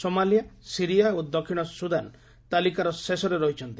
Somalia Syria ଓ ଦକ୍ଷିଣ Sudan ତାଲିକାର ଶେଷରେ ରହିଛନ୍ତି